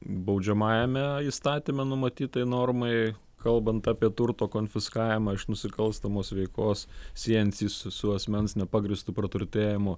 baudžiamajame įstatyme numatytai normai kalbant apie turto konfiskavimą iš nusikalstamos veikos siejantys su asmens nepagrįstu praturtėjimu